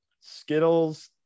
Skittles